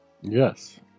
Yes